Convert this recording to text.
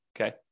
Okay